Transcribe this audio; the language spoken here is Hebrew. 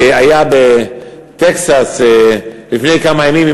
מה שהיה בטקסס לפני כמה ימים,